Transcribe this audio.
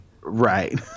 right